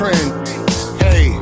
Hey